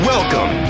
Welcome